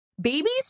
Babies